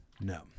No